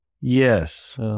Yes